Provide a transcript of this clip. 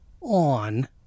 on